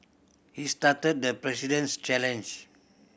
he started the President's challenge